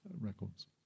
records